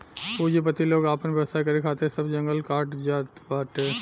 पूंजीपति लोग आपन व्यवसाय करे खातिर सब जंगल काटत जात बावे